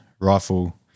rifle